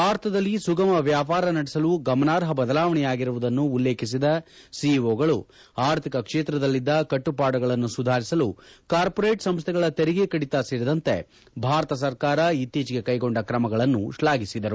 ಭಾರತದಲ್ಲಿ ಸುಗಮ ವ್ಯಾಪಾರ ನಡೆಸಲು ಗಮನಾರ್ಹ ಬದಲಾವಣೆಯಾಗಿರುವುದನ್ನು ಉಲ್ಲೇಖಿಸಿದ ಸಿಇಒಗಳು ಆರ್ಥಿಕ ಕ್ಷೇತ್ರದಲ್ಲಿದ್ದ ಕಟ್ಟುಪಾಡುಗಳನ್ನು ಸುಧಾರಿಸಲು ಕಾರ್ಮೊರೇಟ್ ಸಂಸ್ಥೆಗಳ ತೆರಿಗೆ ಕಡಿತ ಸೇರಿದಂತೆ ಭಾರತ ಸರ್ಕಾರ ಇತ್ತೀಚೆಗೆ ಕೈಗೊಂಡ ಕ್ರಮಗಳನ್ನು ಶ್ಲಾಘಿಸಿದರು